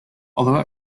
although